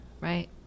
right